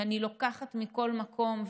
ואני לוקחת מכל מקום,